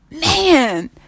man